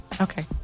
Okay